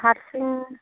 हारसिं